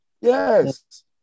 Yes